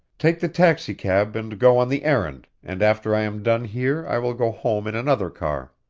take the taxicab and go on the errand, and after i am done here i will go home in another car.